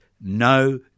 no